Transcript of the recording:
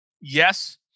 yes